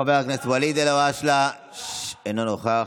חבר הכנסת ואליד אלהואשלה, אינו נוכח,